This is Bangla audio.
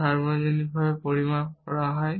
যা সার্বজনীনভাবে পরিমাপ করা হয়